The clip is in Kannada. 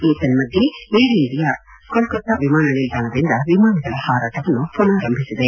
ಏತನ್ನದ್ದೆ ಏರ್ ಇಂಡಿಯಾ ಕೊಲ್ಲತ್ತಾ ವಿಮಾನ ನಿಲ್ಲಾಣದಿಂದ ವಿಮಾನಗಳ ಹಾರಾಟವನ್ನು ಪುನಾರಂಭಿಸಿದೆ